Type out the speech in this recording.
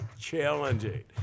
challenging